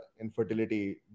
infertility